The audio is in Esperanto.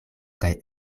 kaj